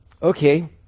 okay